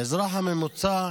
האזרח הממוצע